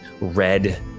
red